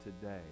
today